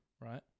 right